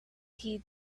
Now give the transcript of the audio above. heed